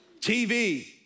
TV